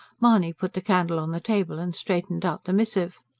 mahony put the candle on the table and straightened out the missive.